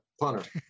punter